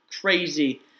crazy